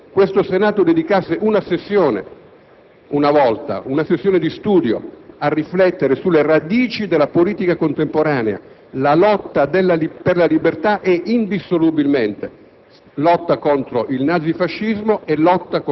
Credo sarebbe opportuno, signor Presidente, che questo Senato dedicasse una volta una sessione di studio a riflettere sulle radici della politica contemporanea. La lotta per la libertà è indissolubilmente